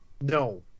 no